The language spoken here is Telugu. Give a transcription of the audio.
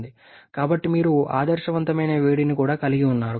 కాబట్టి మీరు ఆదర్శవంతమైన వేడిని కూడా కలిగి ఉన్నారు